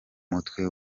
mutwe